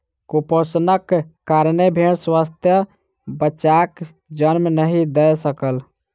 कुपोषणक कारणेँ भेड़ स्वस्थ बच्चाक जन्म नहीं दय सकल